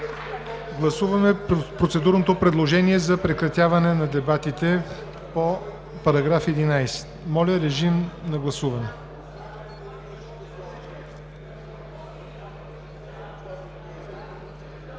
Гласуваме процедурното предложение за прекратяване на дебатите по § 11. Моля, режим на гласуване.